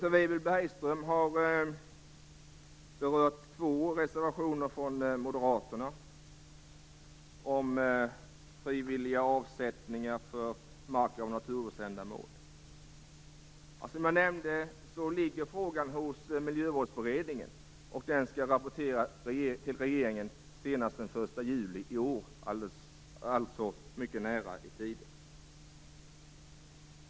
Peter Weibull Bernström har berört två reservationer från Moderaterna om frivilliga avsättningar för mark och naturvårdsändamål. Som jag nämnde ligger frågan hos Miljövårdsberedningen. Den skall rapportera till regeringen senast den 1 juli i år, alltså mycket nära i tiden.